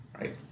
right